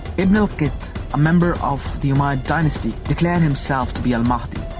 ibn al-qitt, a member of the umayyad dynasty declared himself to be al-mahdi.